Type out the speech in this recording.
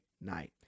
night